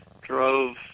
drove